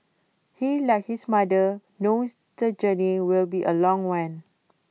he like his mother knows the journey will be A long one